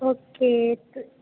okay ਤ